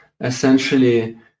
essentially